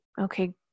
okay